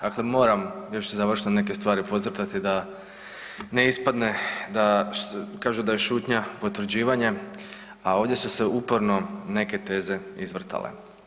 Dakle, moram još za završno neke stvari podcrtati da ne ispadne da kažu da je šutnja potvrđivanje, a ovdje su se uporno neke teze izvrtale.